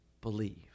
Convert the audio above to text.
believe